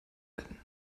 werden